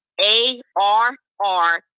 A-R-R